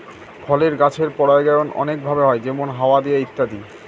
ফলের গাছের পরাগায়ন অনেক ভাবে হয় যেমন হাওয়া দিয়ে ইত্যাদি